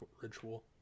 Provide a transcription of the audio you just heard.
ritual